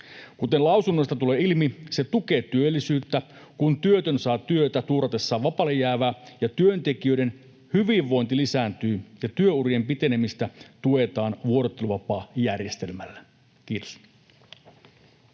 Kuten lausunnoista tulee ilmi, se tukee työllisyyttä, kun työtön saa työtä tuuratessaan vapaalle jäävää, työntekijöiden hyvinvointi lisääntyy ja työurien pitenemistä tuetaan vuorotteluvapaajärjestelmällä. — Kiitos.